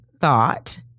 thought